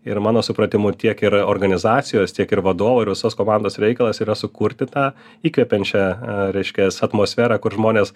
ir mano supratimu tiek ir organizacijos tiek ir vadovų ir visos komandos reikalas yra sukurti tą įkvepiančią reiškias atmosferą kur žmonės